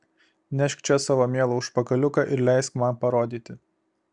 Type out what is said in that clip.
nešk čia savo mielą užpakaliuką ir leisk man parodyti